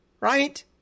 Right